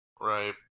Right